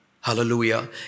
Hallelujah